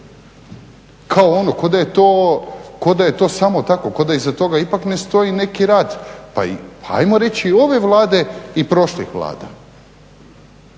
kao oni kao da je to samo tako kao da iza toga ne stoji ipak neki rad pa ajmo reći i ove Vlade i prošlih vlada